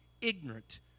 ignorant